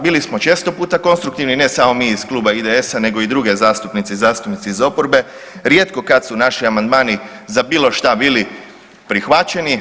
Bili smo često puta konstruktivni, ne samo mi iz Kluba IDS-a, nego i druge zastupnice i zastupnici iz oporbe, rijetko kad su naši amandmani za bilo šta bili prihvaćeni.